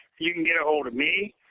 you can get a hold of me.